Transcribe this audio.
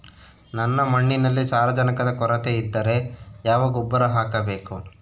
ನನ್ನ ಮಣ್ಣಿನಲ್ಲಿ ಸಾರಜನಕದ ಕೊರತೆ ಇದ್ದರೆ ಯಾವ ಗೊಬ್ಬರ ಹಾಕಬೇಕು?